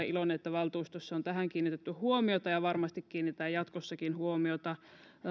iloinen että valtuustossa on tähän kiinnitetty huomiota ja varmasti kiinnitetään jatkossakin huomiota